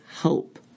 help